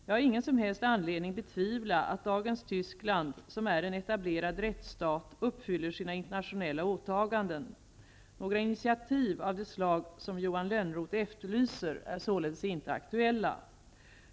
Jag har ingen som helst anledning att betvivla att dagens Tyskland, som är en etablerad rättsstat, uppfyller sina internationella åtaganden. Några initiativ av det slag som Johan Lönnroth efterlyser är således inte aktuella.